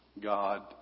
God